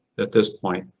at this point,